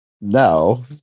no